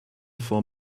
four